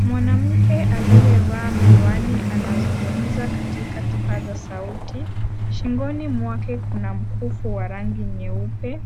Mwanamke aliyevaa miwani anazungumza katika kipaza sauti. Shingoni mwake kuna mkufu wa rangi nyeupe.